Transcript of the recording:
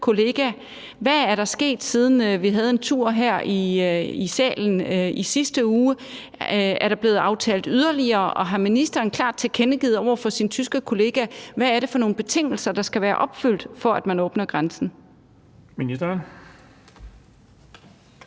kollega? Hvad er der sket, siden vi havde en tur her i salen i sidste uge? Er der blevet aftalt yderligere, og har ministeren klart tilkendegivet over for sin tyske kollega, hvad det er for nogle betingelser, der skal være opfyldt, for at man åbner grænsen? Kl.